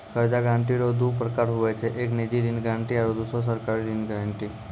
कर्जा गारंटी रो दू परकार हुवै छै एक निजी ऋण गारंटी आरो दुसरो सरकारी ऋण गारंटी